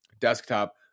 Desktop